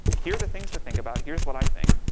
here are the things to think about, here's what i think,